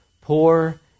Poor